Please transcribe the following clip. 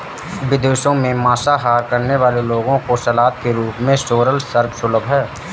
विदेशों में मांसाहार करने वाले लोगों को सलाद के रूप में सोरल सर्व सुलभ है